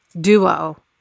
duo